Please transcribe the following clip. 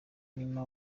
nyuma